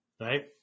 right